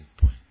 point